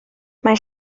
mae